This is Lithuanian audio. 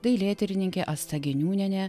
dailėtyrininkė asta giniūnienė